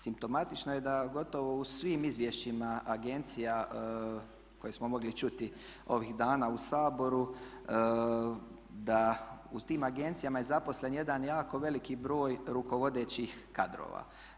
Simptomatično je da gotovo u svim izvješćima agencija koje smo mogli čuti ovih dana u Saboru da u tim agencijama je zaposlen jedan jako veliki broj rukovodećih kadrova.